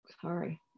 sorry